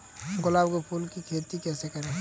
गुलाब के फूल की खेती कैसे करें?